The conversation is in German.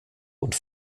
und